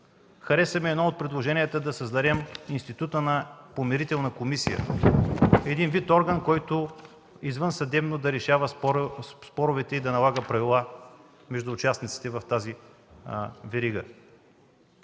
Хареса ми едно от предложенията: да създадем института на Помирителна комисия – вид орган, който извънсъдебно да решава споровете и да налага правила между участниците във веригата.